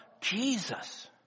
Jesus